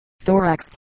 thorax